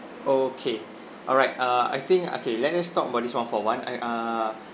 okay alright uh I think okay let us talk about this one-for-one I err